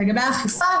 לגבי האכיפה,